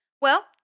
Well-